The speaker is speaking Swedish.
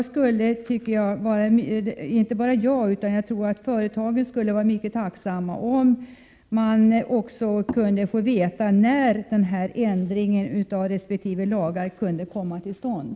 Dessutom skulle inte bara jag utan även företagen vara mycket tacksamma om vi kunde få veta när denna ändring av resp. lagar kan komma till stånd.